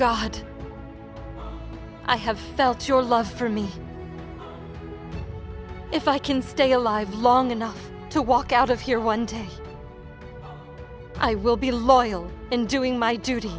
god i have felt your love for me if i can stay alive long enough to walk out of here one day i will be loyal and doing my duty